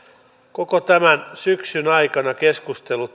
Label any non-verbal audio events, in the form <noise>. koko tämän syksyn aikana keskustelu <unintelligible>